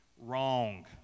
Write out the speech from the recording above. Wrong